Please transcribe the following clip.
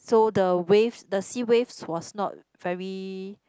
so the waves the sea waves was not very